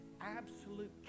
absolute